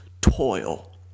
toil